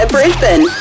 Brisbane